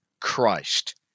Christ